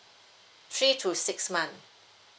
three to six month